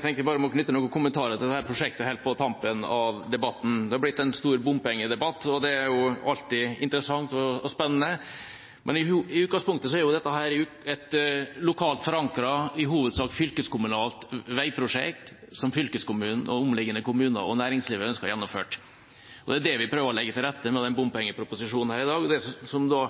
tenkte at jeg måtte knytte noen kommentarer til dette prosjektet helt på tampen av debatten. Det har blitt en stor bompengedebatt, og det er alltid interessant og spennende. I utgangspunktet er dette et lokalt forankret og i hovedsak fylkeskommunalt veiprosjekt, som fylkeskommunen, omliggende kommuner og næringslivet ønsker gjennomført. Det er det vi prøver å legge til rette for med